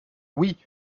oui